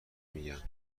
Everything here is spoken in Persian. میگن